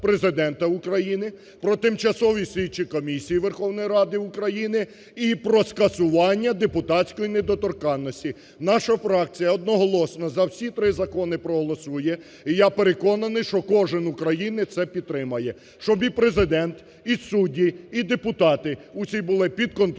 Президента України", "Про тимчасові слідчі комісії Верховної Ради України" і про скасування депутатської недоторканності. Наша фракція одноголосно за всі три закони проголосує, і я переконаний, що кожен українець це підтримає, щоб і Президент, і судді, і депутати – всі були підконтрольні,